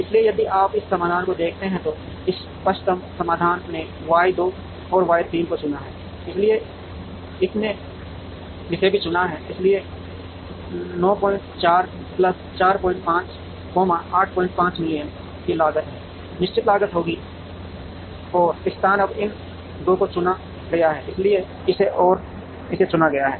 इसलिए यदि आप इस समाधान को देखते हैं तो इष्टतम समाधान ने Y 2 और Y 3 को चुना है इसलिए इसने इसे भी चुना है इसलिए 94 प्लस 45 85 मिलियन की लागत है निश्चित लागत होगी और स्थान अब इन 2 को चुना गया है इसलिए इसे और इसे चुना गया है